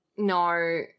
No